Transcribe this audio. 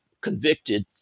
convicted